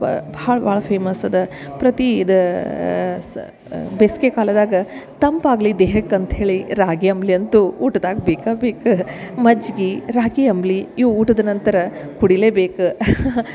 ಭಾಳ ಬಾಳ ಫೇಮಸ್ ಅದ ಪ್ರತಿ ಇದ್ ಸ ಬೇಸ್ಗೆ ಕಾಲದಾಗ ತಂಪು ಆಗಲಿ ದೇಹಕ್ಕೆ ಅಂಥೇಳಿ ರಾಗಿ ಅಂಬ್ಲಿ ಅಂತು ಊಟದಾಗ ಬೇಕ ಬೇಕು ಮಜ್ಗಿ ರಾಗಿ ಅಂಬ್ಲಿ ಇವು ಊಟದ ನಂತರ ಕುಡಿಲೆ ಬೇಕು